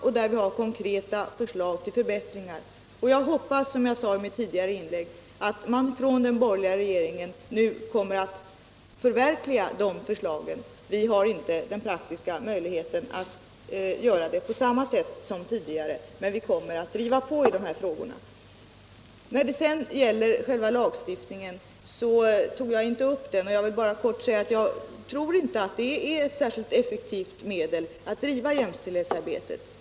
Vi har gjort upp konkreta förslag till förbättringar, och jag hoppas, som jag sade i mitt tidigare inlägg, att den borgerliga regeringen nu kommer att förverkliga de förslagen. Vi har inte den praktiska möjligheten att göra det på samma sätt som tidigare, men vi kommer att driva på i de här frågorna. Jag tog inte upp själva lagstiftningen, och jag vill bara helt kort säga att jag inte tror att lagstiftning är ett särskilt effektivt medel för att driva jämställdhetsarbetet.